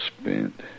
spent